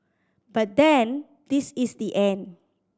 but then this is the end